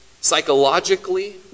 psychologically